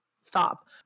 stop